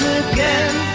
again